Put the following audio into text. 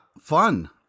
Fun